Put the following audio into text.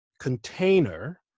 container